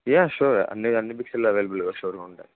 యే షూర్ అన్ని అన్ని బిగ్సిలో అవైలబుల్గా షూర్గా ఉంటాయి